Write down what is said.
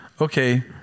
okay